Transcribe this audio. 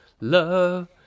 love